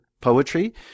poetry